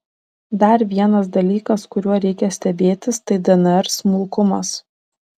dar vienas dalykas kuriuo reikia stebėtis tai dnr smulkumas